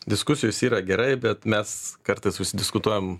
diskusijos yra gerai bet mes kartais diskutuojam